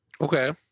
Okay